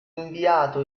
inviato